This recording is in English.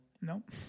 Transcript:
Nope